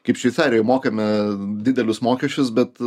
kaip šveicarijoj mokame didelius mokesčius bet